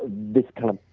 this kind of